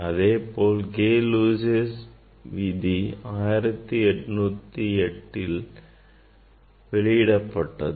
அதேபோல் Gay Lussac விதி 1808 ல் வெளியிடப்பட்டது